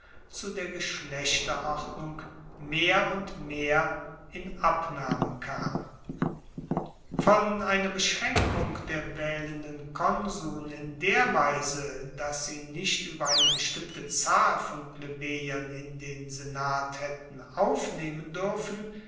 zu der geschlechterordnung mehr und mehr in abnahme kam von einer beschraenkung der waehlenden konsuln in der weise dass sie nicht ueber eine bestimmte zahl von plebejern in den senat haetten aufnehmen duerfen